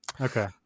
Okay